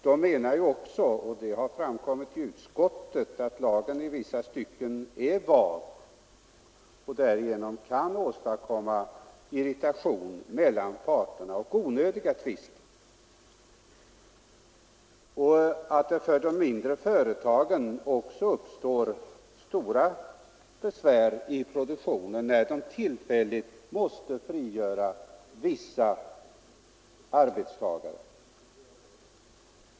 De anser också, och det har framkommit i utskottet, att lagen i vissa stycken är vag och därigenom kan åstadkomma irritation mellan parterna och onödiga tvister samt att det för de mindre företagen också uppstår stora besvär i produktionen när de tillfälligtvis måste frigöra vissa arbetstagare.